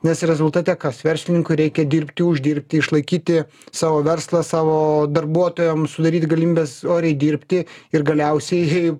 nes rezultate kas verslininkui reikia dirbti uždirbti išlaikyti savo verslą savo darbuotojams sudaryti galimybes oriai dirbti ir galiausiai